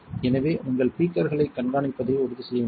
எனவே உங்கள் பீக்கர்களைக் கண்காணிப்பதை உறுதிசெய்ய வேண்டும்